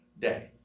day